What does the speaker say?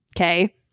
Okay